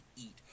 eat